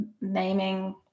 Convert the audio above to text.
naming